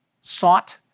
sought